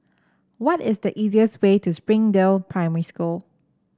what is the easiest way to Springdale Primary School